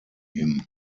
him